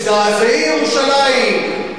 הזדעזעי ירושלים,